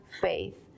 faith